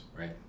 right